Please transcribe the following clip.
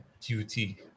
duty